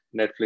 Netflix